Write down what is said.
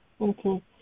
Okay